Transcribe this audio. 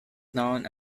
known